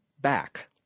back